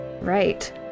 right